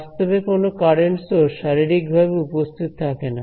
বাস্তবে কোন current source শারীরিকভাবে উপস্থিত থাকে না